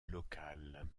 local